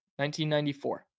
1994